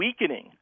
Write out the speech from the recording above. weakening